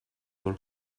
your